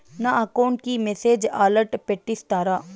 నా అకౌంట్ కి message alert పెట్టిస్తారా